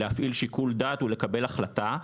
להפעיל שיקול דעת ולקבל החלטה,